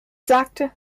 sagte